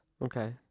Okay